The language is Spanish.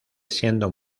siendo